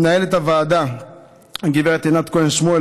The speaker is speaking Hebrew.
למנהלת הוועדה גב' ענת כהן שמואל,